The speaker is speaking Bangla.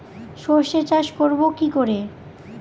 সর্ষে চাষ করব কি করে?